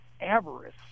avarice